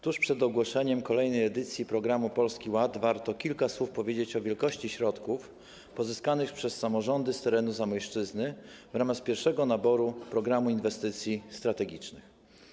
Tuż przed ogłoszeniem kolejnej edycji programu Polski Ład warto kilka słów powiedzieć o wielkości środków pozyskanych przez samorządy z terenu Zamojszczyzny w ramach pierwszego naboru w zakresie Programu Inwestycji Strategicznych.